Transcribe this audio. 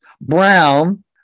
brown